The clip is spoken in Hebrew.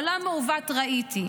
עולם מעוות ראיתי.